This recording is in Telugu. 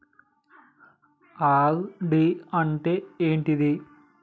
ఆర్.డి అంటే ఏంటిది?